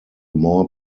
more